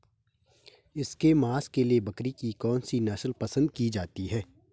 इसके मांस के लिए बकरी की कौन सी नस्ल पसंद की जाती है?